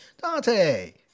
dante